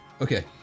okay